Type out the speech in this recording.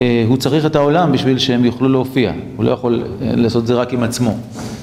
הוא צריך את העולם בשביל שהם יוכלו להופיע, הוא לא יכול לעשות זה רק עם עצמו.